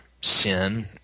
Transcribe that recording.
sin